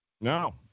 No